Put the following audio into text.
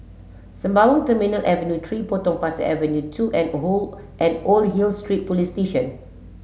Sembawang Terminal Avenue three Potong Pasir Avenue two and and Old Hill Street Police Station